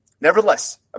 nevertheless